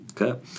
Okay